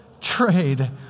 trade